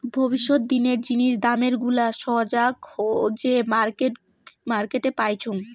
ভবিষ্যত দিনের জিনিস দামের গুলা সোগায় যে মার্কেটে পাইচুঙ